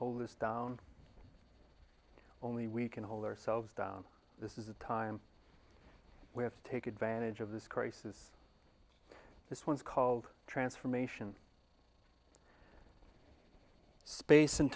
hold us down only we can hold ourselves down this is the time we have to take advantage of this crisis this one is called transformation space and